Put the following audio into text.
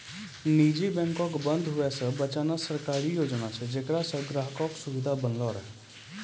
निजी बैंको के बंद होय से बचाना सरकारी योजना छै जेकरा से ग्राहको के सुविधा बनलो रहै